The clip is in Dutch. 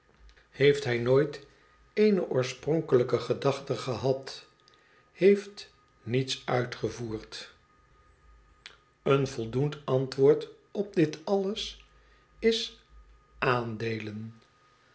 heeft hij nooit eene oorspronkelijke gedachte gehad heeft niets uitgevoerd antwoord op alles is aandeelen